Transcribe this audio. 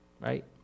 right